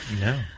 No